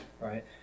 right